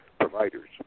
providers